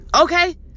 Okay